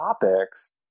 topics